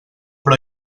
però